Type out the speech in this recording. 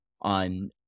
on